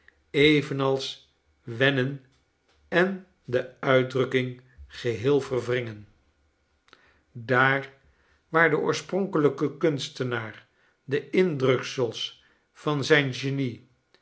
evenals wennen en de uitdrukking geheel verwringen daar waar de oorspronkelijke kunstenaar de indruksels van zijn genie